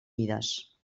mides